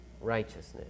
righteousness